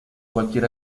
cualquier